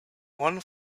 one